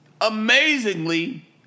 amazingly